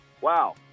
Wow